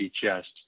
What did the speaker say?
chest